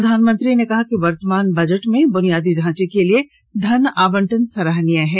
प्रधानमंत्री ने कहा कि वर्तमान बजट में बुनियादी ढांचे के लिए धन आवंटन सराहनीय है